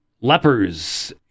lepers